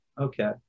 Okay